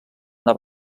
una